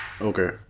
Okay